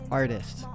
artist